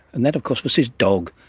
and that of course was his dog.